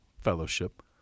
fellowship